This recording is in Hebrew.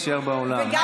תישאר באולם.